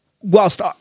Whilst